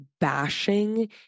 bashing